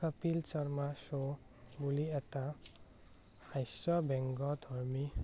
Kapil Sharma show বুলি এটা হাস্য বেংগ ধৰ্মী